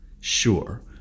sure